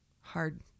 hard